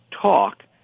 talk